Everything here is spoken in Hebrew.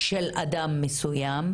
של אדם מסוים,